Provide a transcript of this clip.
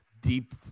deep